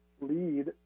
lead